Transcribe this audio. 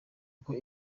kuko